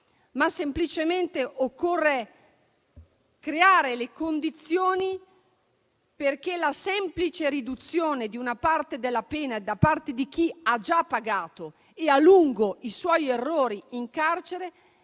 ma semplicemente occorre creare le condizioni perché la semplice riduzione di una parte della pena di chi ha già pagato, e a lungo, i propri errori in carcere,